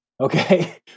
okay